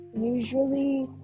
usually